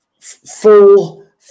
full